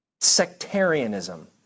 sectarianism